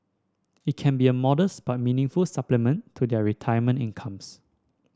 it can be a modest but meaningful supplement to their retirement incomes